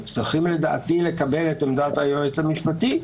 צריכים לדעתי לקבל את עמדת היועץ המשפטי,